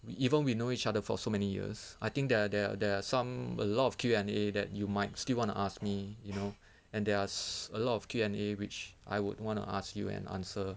even we know each other for so many years I think there are there are there are some a lot of Q&A that you might still want to ask me you know and there's a lot of Q&A which I would want to ask you and answer